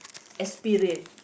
experience